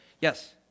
Yes